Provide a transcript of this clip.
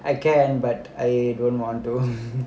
I can but I don't want to